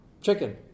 Chicken